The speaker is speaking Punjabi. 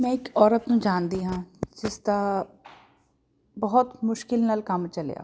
ਮੈਂ ਇੱਕ ਔਰਤ ਨੂੰ ਜਾਣਦੀ ਹਾਂ ਜਿਸ ਦਾ ਬਹੁਤ ਮੁਸ਼ਕਿਲ ਨਾਲ ਕੰਮ ਚੱਲਿਆ